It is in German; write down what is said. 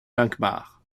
dankbar